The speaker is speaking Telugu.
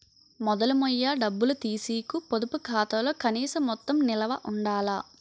మొదలు మొయ్య డబ్బులు తీసీకు పొదుపు ఖాతాలో కనీస మొత్తం నిలవ ఉండాల